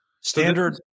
standard